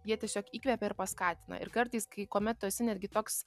jie tiesiog įkvepia ir paskatina ir kartais kai kuomet tu esi netgi toks